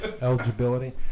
Eligibility